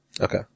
Okay